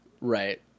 right